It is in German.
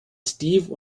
steve